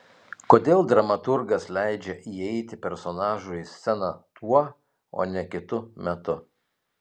kodėl dramaturgas leidžia įeiti personažui į sceną tuo o ne kitu metu